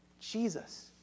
Jesus